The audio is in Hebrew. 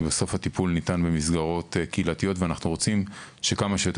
כי בסוף הטיפול ניתן במסגרות קהילתיות ואנחנו רוצים שכמה שיותר